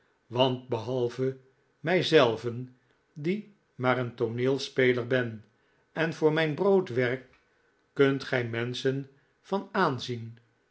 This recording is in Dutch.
want behalve mij zelven die maar een tooneelspeler ben en voor mijn brood werk kunt gij menschen van aanzien